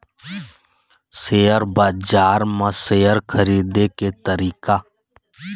Share बजार म share खरीदे के तरीका?